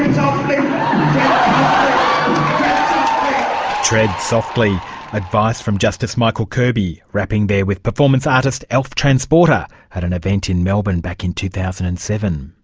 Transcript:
um tread softly advice from justice michael kirby, rapping there with performance artist elf tranzporter at an event in melbourne back in two thousand and seven.